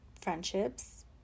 friendships